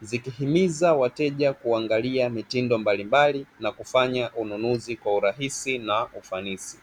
zikihimiza wateja kuangalia mitindo mbalimbali na kufanya ununuzi kwa urahisi na ufanisi.